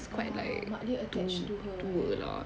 oh mak dia attached to her eh